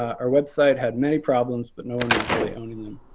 our website had many problems, but no one was really owning them.